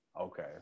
Okay